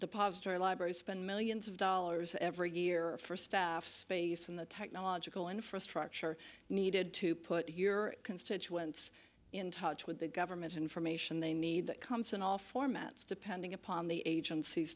the depository library spend millions of dollars every year for staff space in the technological infrastructure needed to put your constituents in touch with the government information they need that comes in all formats depending upon the agenc